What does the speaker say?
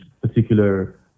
particular